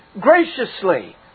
graciously